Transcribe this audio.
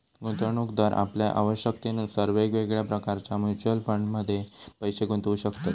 गुंतवणूकदार आपल्या आवश्यकतेनुसार वेगवेगळ्या प्रकारच्या म्युच्युअल फंडमध्ये पैशे गुंतवू शकतत